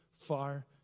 far